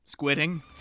squidding